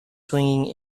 swinging